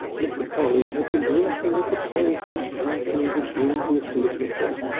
mr. polly had been drinking at the poisoned fountains of english literature,